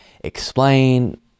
explain